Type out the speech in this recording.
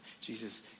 Jesus